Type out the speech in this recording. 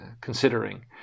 considering